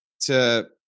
to-